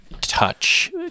touch